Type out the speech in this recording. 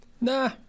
Nah